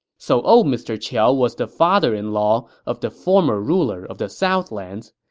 so old mr. qiao was the father-in-law of the former ruler of the southlands,